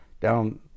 Down